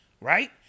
right